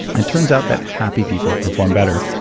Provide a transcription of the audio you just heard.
it turns out that happy people perform better.